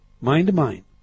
Mind-to-mind